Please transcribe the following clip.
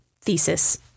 thesis